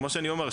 כמו שאני אומר,